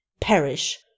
Perish